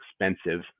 expensive